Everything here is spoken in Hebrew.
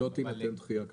לא תינתן דחייה כזאת.